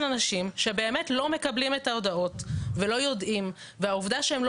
אנשים שבאמת לא מקבלים את ההודעות ולא יודעים והעובדה שהם שלא